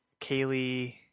Kaylee